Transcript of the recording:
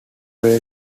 graeme